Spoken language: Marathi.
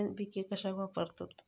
एन.पी.के कशाक वापरतत?